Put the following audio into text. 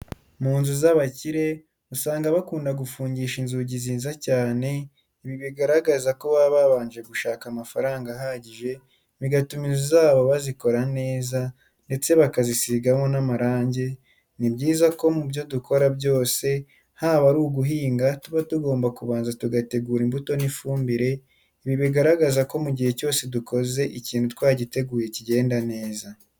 Mu nzu z'abakire usanga bakunda gufungisha inzugi nziza cyane, ibi bigaragaza ko baba babanje gushaka amafaranga ahagije bigatuma inzu zabo bazikora neza ndetse bakazisigamo n'amarange, ni byiza ko mu byo dukora byose haba ari uguhinga tuba tugomba kubanza tugategura imbuto n'ifumbire, ibi bigaragaza ko mu gihe dukoze ikintu twagiteguye kigenda neza.